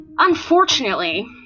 Unfortunately